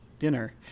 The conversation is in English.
dinner